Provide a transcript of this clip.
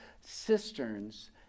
cisterns